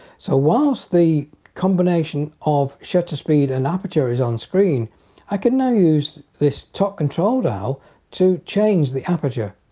so whilst the combination of shutter speed and aperture is on-screen i can now use this top control dial to change the aperture